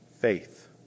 faith